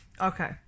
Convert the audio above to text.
Okay